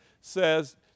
says